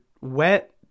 wet